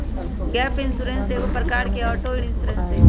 gap insurance एगो प्रकार के ऑटो इंश्योरेंस हइ